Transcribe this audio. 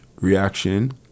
Reaction